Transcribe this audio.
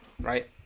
right